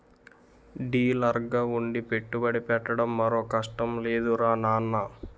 డీలర్గా ఉండి పెట్టుబడి పెట్టడం మరో కష్టం లేదురా నాన్నా